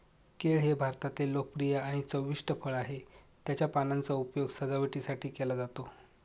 केळ हे भारतातले लोकप्रिय आणि चविष्ट फळ आहे, त्याच्या पानांचा उपयोग सजावटीसाठी केला जातो